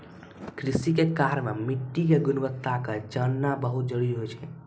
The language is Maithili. कृषि के कार्य मॅ मिट्टी के गुणवत्ता क जानना बहुत जरूरी होय छै